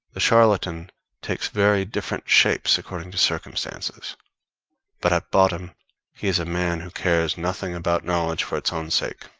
the charlatan takes very different shapes according to circumstances but at bottom he is a man who cares nothing about knowledge for its own sake,